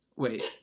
Wait